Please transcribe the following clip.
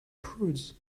prudes